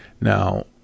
Now